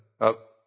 up